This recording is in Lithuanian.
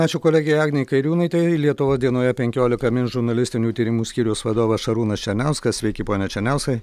ačiū kolegei agnei kairiūnaitei lietuvos dienoje penkiolika žurnalistinių tyrimų skyriaus vadovas šarūnas černiauskas sveiki pone černiauskai